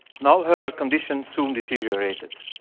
now, her condition soon deteriorated.